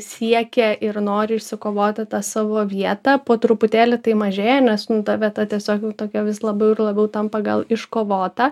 siekia ir nori išsikovoti tą savo vietą po truputėlį tai mažėja nes ta vieta tiesiog jau tokia vis labiau ir labiau tampa gal iškovota